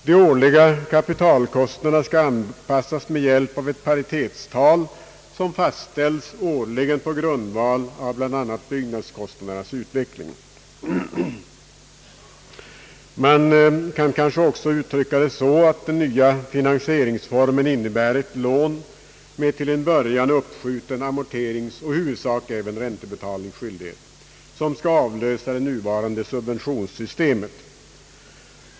De årliga kapitalkostnaderna skall anpassas med hjälp av ett paritetstal som fastställs årligen på grund av bl.a. byggnadskostnadernas utveckling. Man kanske också kan uttrycka det så att den nya finansieringsformen innebär ett lån med till en början uppskjuten amorteringsoch i huvudsak även räntebetalningsskyldighet, som skall avlösa det nuvarande subventionssystemet.